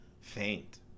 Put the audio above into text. Faint